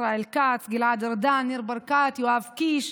ישראל כץ, גלעד ארדן, ניר ברקת, יואב קיש,